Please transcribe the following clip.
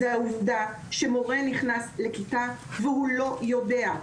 זה העובדה שמורה נכנס לכיתה והוא לא יודע,